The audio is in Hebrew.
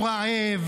הוא רעב,